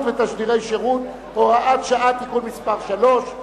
ותשדירי שירות) (הוראת שעה) (תיקון מס' 3),